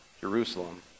Jerusalem